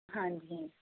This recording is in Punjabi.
ਹਾਂਜੀ